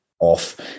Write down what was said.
off